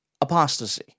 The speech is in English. apostasy